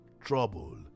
Trouble